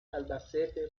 albacete